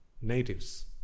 natives